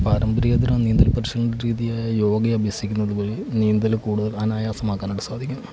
പാരമ്പര്യേതര നീന്തൽ പരിശീലന രീതിയായ യോഗ അഭ്യസിക്കുന്നത് വഴി നീന്തല് കൂടുതൽ അനായാസമാക്കാനായിട്ട് സാധിക്കും